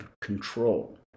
control